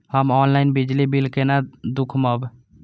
हम ऑनलाईन बिजली बील केना दूखमब?